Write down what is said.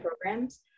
programs